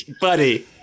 buddy